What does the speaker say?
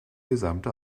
gesamte